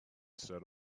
set